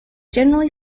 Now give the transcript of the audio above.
generally